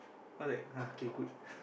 I'm like ah K good